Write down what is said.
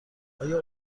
آیا